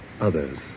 others